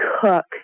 cook